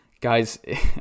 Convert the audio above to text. Guys